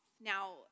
Now